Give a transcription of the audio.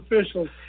officials